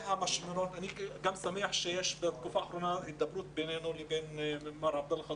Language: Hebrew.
אני שמח שבתקופה האחרונה יש הידברות בינינו לבין מר עבדאללה חטיב.